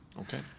Okay